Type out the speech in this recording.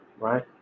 Right